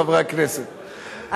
חברי הכנסת,